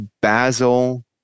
Basil